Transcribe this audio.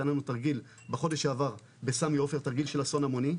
היה לנו תרגיל בחודש שעבר בסמי עופר תרגיל של אסון המוני,